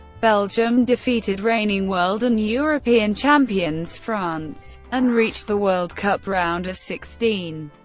belgium defeated reigning world and european champions france, and reached the world cup round of sixteen.